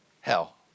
hell